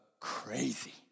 crazy